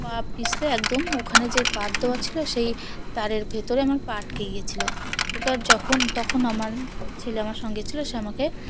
পা পিছলে একদম ওখানে যে বাঁধ দেওয়া ছিল সেই তারের ভেতরে আমার পা আটকে গিয়েছিল এবার যখন তখন আমার ছেলে আমার সঙ্গে ছিল সে আমাকে